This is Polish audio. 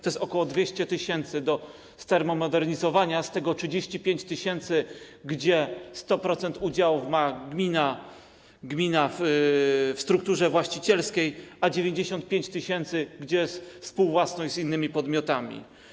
To jest ok. 200 tys. do termomodernizowania, z tego 35 tys., gdzie 100% udziałów w strukturze właścicielskiej ma gmina, a 95 tys., gdzie jest współwłasność z innymi podmiotami.